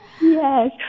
Yes